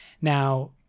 now